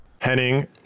Henning